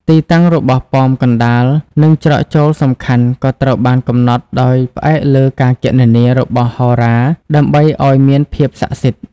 ទីតាំងរបស់ប៉មកណ្តាល និងច្រកចូលសំខាន់ក៏ត្រូវបានកំណត់ដោយផ្អែកលើការគណនារបស់ហោរាដើម្បីឲ្យមានភាពស័ក្តិសិទ្ធិ។